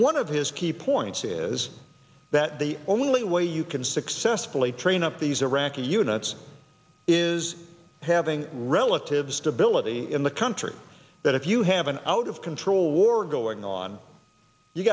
one of his key points is that the only way you can stick cesspool a train up these iraqi units is having relatives stability in the country that if you have an out of control war going on you